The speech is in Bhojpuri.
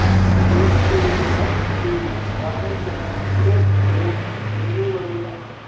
ऊख के रस के पकावल जाला फिर ओसे चीनी बनेला